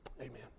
Amen